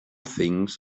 things